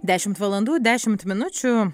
dešimt valandų dešimt minučių